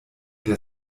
der